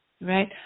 Right